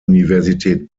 universität